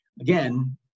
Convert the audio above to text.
Again